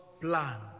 plan